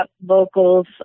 vocals